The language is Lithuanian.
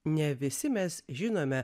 ne visi mes žinome